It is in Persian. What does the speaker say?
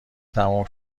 تموم